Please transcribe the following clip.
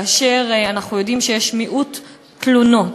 כאשר אנחנו יודעים שיש מעט תלונות,